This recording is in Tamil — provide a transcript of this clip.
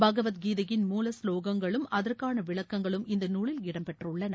பகவத்கீதையின் மூல ஸ்லோகங்களும் அதற்கான விளக்கங்களும் இந்த நூலில் இடம்பெற்றுள்ளன